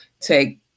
take